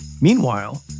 Meanwhile